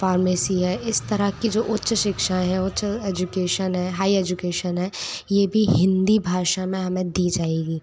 pharmacy है इस तरह की जो उच्च शिक्षाएँ हैं उच्च एजुकेशन है हाई एजुकेशन है ये भी हिंदी भाषा में हमें दी जाएगी